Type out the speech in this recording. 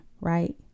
right